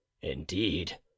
indeed